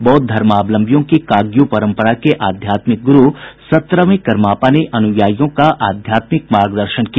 बौद्ध धर्मावलंबियों की काग्यू परंपरा के आध्यात्मिक गुरू सत्रहवें करमापा ने अनुयायियों का आध्यात्मिक मार्गदर्शन किया